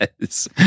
Yes